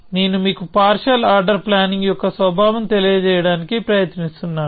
నేను మీకు partial order planning యొక్క స్వభావం తెలియజేయడానికి ప్రయత్నిస్తున్నాను